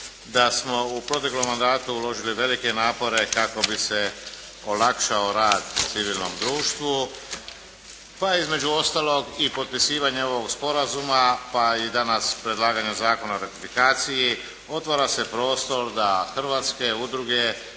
da smo u proteklom mandatu uložili velike napore kako bi se olakšao rad civilnom društvu, pa između ostalog i potpisivanje ovog sporazuma pa i danas predlaganjem Zakona o ratifikaciji otvara se prostor da hrvatske udruge